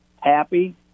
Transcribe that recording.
happy